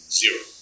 zero